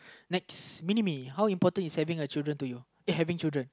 next mini me how important is having a children to you uh having children